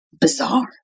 bizarre